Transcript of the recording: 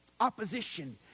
opposition